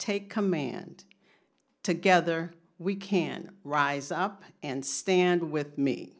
take command together we can rise up and stand with me